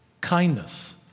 kindness